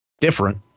different